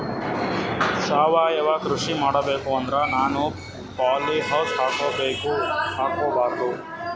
ಸಾವಯವ ಕೃಷಿ ಮಾಡಬೇಕು ಅಂದ್ರ ನಾನು ಪಾಲಿಹೌಸ್ ಹಾಕೋಬೇಕೊ ಹಾಕ್ಕೋಬಾರ್ದು?